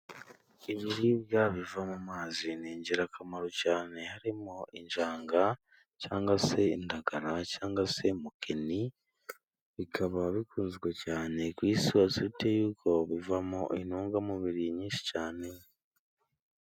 Ibiribwa biva mu mazi ni ingirakamaro cyane. Harimo injanga cyangwa se indagara cyangwa se mukini. Bikaba bikunzwe cyane ku isi hose, bitewe n'uko bivamo intungamubiri nyinshi cyane.